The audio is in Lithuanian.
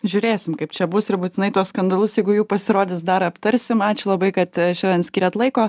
žiūrėsim kaip čia bus ir būtinai tuos skandalus jeigu jų pasirodys dar aptarsim ačiū labai kad šiandien skyrėt laiko